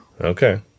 Okay